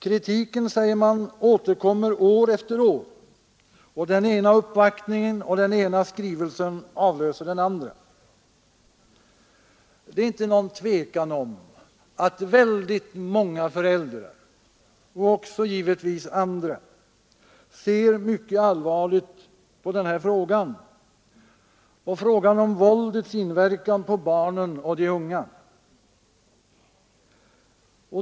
Kritiken, säger man, återkommer år efter år, och den ena uppvaktningen och skrivelsen avlöser den andra. Det är inte något tvivel om att väldigt många föräldrar, och givetvis också andra, ser mycket allvarligt på frågan om våldets inverkan på barnen och de unga.